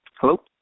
Hello